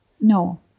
no